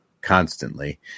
constantly